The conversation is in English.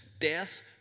death